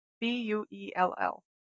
B-U-E-L-L